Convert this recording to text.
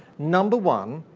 number one,